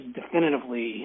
definitively